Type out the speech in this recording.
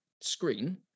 screen